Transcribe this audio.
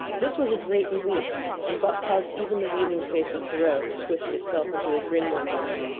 this was a great relief, and buck caused even the weazened face of perrault to twist itself into a grin one morning,